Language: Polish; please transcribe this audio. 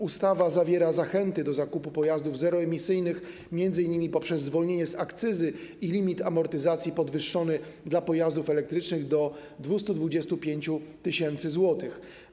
Ustawa zawiera zachęty do zakupu pojazdów zeroemisyjnych m.in. poprzez zwolnienie z akcyzy i limit amortyzacji podwyższony dla pojazdów elektrycznych do 225 tys. zł.